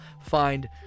find